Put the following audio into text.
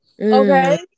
Okay